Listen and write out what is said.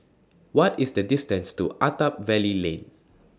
What IS The distance to Attap Valley Lane